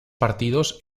partidos